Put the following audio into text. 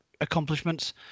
accomplishments